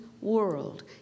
world